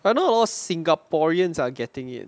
like not all singaporeans are getting it